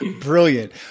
brilliant